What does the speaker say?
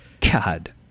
God